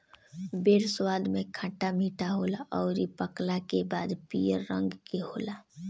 बेर स्वाद में खट्टा मीठा होला अउरी पकला के बाद पियर रंग के होला